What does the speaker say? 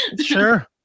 Sure